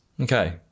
Okay